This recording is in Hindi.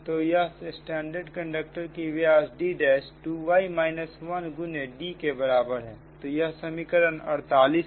तो यह स्टैंडर्ड कंडक्टर की व्यास D' 2y 1 गुने D के बराबर है यह समीकरण 48 है